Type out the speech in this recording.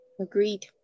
Agreed